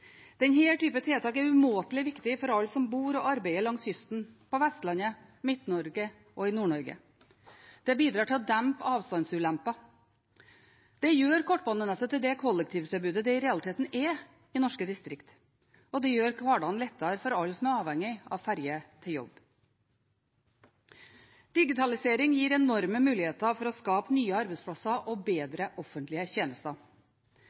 tiltak er umåtelig viktig for alle som bor og arbeider langs kysten, på Vestlandet, i Midt-Norge og i Nord-Norge. Det bidrar til å dempe avstandsulemper. Det gjør kortbanenettet til det kollektivtilbudet det i realiteten er i norske distrikter, og det gjør hverdagen lettere for alle som er avhengig av ferje til jobb. Digitalisering gir enorme muligheter for å skape nye arbeidsplasser og bedre offentlige tjenester,